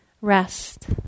Rest